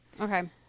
Okay